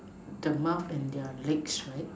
the mouth and their legs right